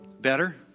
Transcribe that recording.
better